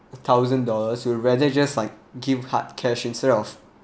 thousand dollars you would rather just like give hard cash instead of